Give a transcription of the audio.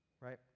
Right